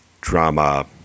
drama